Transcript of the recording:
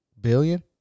Billion